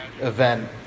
event